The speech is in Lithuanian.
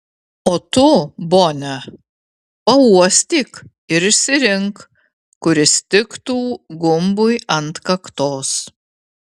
o tu bone pauostyk ir išsirink kuris tiktų gumbui ant kaktos